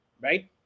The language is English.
Right